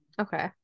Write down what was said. Okay